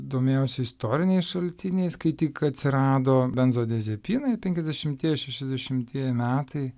domėjausi istoriniais šaltiniais kai tik atsirado benzodiazepinai penkiasdešimtieji šešiasdešimtieji metai